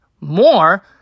more